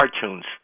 cartoons